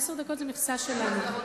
עשר הדקות זה מכסה שלנו.